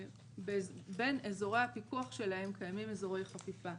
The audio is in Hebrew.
שבין אזורי הפיקוח שלהם קיימים אזורי חפיפה.